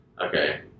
Okay